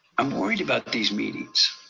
i'm worried about these meetings.